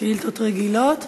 שאילתות רגילות.